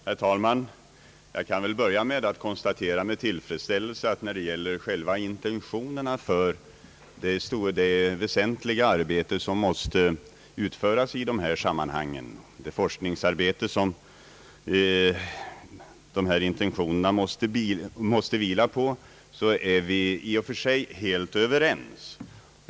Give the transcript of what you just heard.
Herr talman! Till en början konstaterar jag med tillfredsställelse att herr Ahlmark och jag i och för sig är helt överens när det gäller själva intentionerna för det väsentliga arbete som måste utföras i de här sammanhangen och det forskningsarbete som dessa intentioner måste vila på.